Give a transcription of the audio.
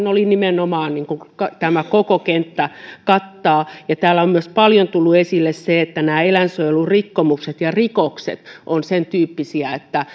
oli nimenomaan tämä koko kenttä kattaa täällä on myös tullut paljon esille se että nämä eläinsuojelurikkomukset ja rikokset ovat sen tyyppisiä että